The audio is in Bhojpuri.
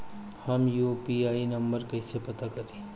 हम यू.पी.आई नंबर कइसे पता करी?